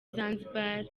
zanzibar